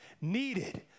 needed